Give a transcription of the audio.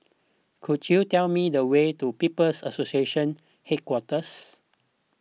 could you tell me the way to People's Association Headquarters